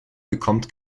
bekommt